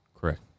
Correct